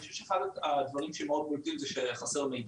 אני חושב שאחד הדברים שמאוד בולטים הוא שחסר מידע.